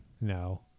No